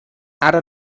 ara